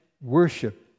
worship